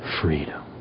freedom